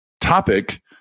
topic